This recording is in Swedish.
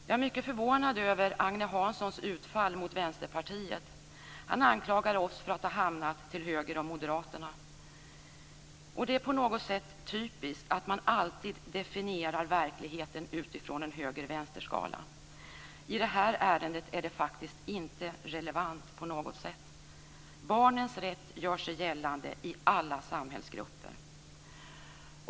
Jag är mycket förvånad över Agne Hanssons utfall mot Vänsterpartiet. Han anklagar oss för att ha hamnat till höger om moderaterna. Det är på något sätt typiskt att man alltid definierar verkligheten utifrån en höger-vänster-skala. I det här ärendet är det faktiskt inte relevant på något sätt. Barnens rätt gör sig gällande i alla samhällsgrupper.